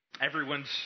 Everyone's